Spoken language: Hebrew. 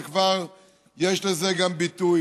וכבר יש לזה ביטוי.